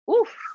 oof